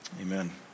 Amen